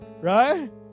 right